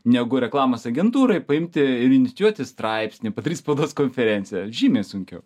negu reklamos agentūrai paimti ir inicijuoti straipsnį padaryt spaudos konferenciją žymiai sunkiau